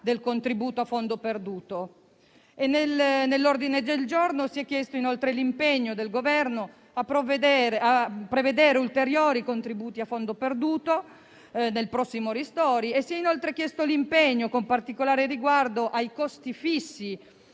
del contributo a fondo perduto. Nell'ordine del giorno si è chiesto inoltre l'impegno del Governo a prevedere ulteriori contributi a fondo perduto nel prossimo decreto ristori. Si è altresì chiesto un impegno con particolare riguardo ai costi fissi,